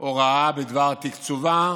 הוראה בדבר תקצובה